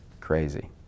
crazy